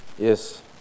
Yes